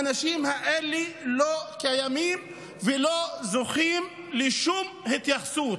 האנשים האלה לא קיימים ולא זוכים לשום התייחסות.